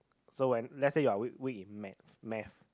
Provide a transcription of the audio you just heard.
so when let's say you're weak weak in Math Math